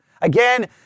again